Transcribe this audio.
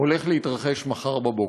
הולך להתרחש מחר בבוקר.